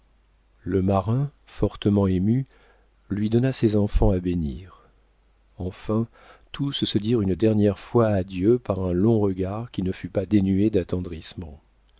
le marin fortement ému lui donna ses enfants à bénir enfin tous se dirent une dernière fois adieu par un long regard qui ne fut pas dénué